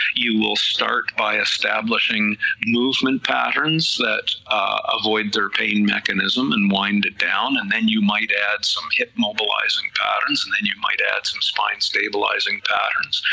you will start by establishing movement patterns, that avoid their pain mechanism and wind it down, and then you might add some hip mobilizing patterns, and then you might add some spine stabilizing patterns,